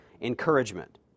encouragement